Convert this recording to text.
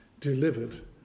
delivered